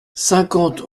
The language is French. cinquante